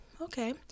Okay